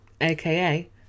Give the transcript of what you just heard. aka